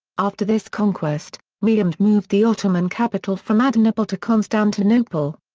after this conquest, mehmed moved the ottoman capital from adrianople to constantinople.